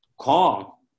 call